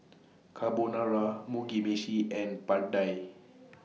Carbonara Mugi Meshi and Pad Thai